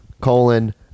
colon